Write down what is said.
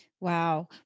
Wow